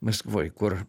maskvoj kur